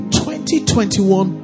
2021